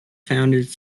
founded